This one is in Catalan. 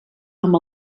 amb